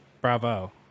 bravo